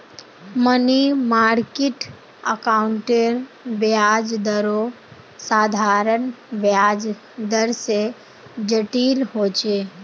money market अकाउंटेर ब्याज दरो साधारण ब्याज दर से जटिल होचे